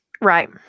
Right